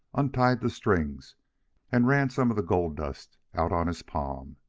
untied the strings and ran some of the gold-dust out on his palm.